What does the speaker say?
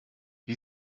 wie